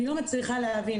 אני לא מצליחה להבין.